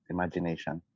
Imagination